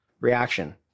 reaction